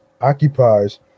occupies